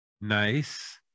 Nice